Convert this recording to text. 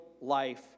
life